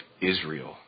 Israel